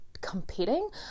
competing